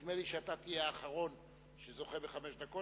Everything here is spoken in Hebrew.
ונדמה לי שאתה תהיה האחרון שזוכה בחמש דקות.